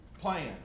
plan